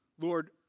Lord